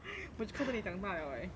我就看到你长大 liao eh